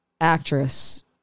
actress